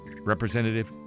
Representative